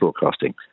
broadcasting